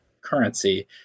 currency